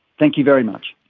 thank you very much.